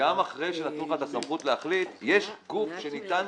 גם אחרי שנתנו לך את הסמכות להחליט, יש גוף שניתן